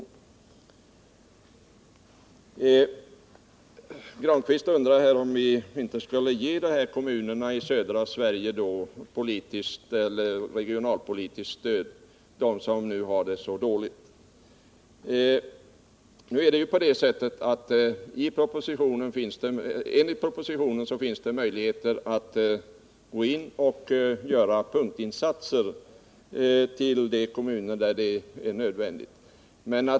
Pär Granstedt undrar om vi inte skall stödja de kommuner i södra Sverige som har det så illa ställt. Enligt propositionen finns det möjligheter till punktinsatser i de kommuner där det ter sig nödvändigt.